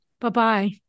Bye-bye